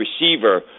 receiver